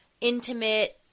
intimate